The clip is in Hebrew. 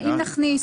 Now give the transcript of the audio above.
קרוב.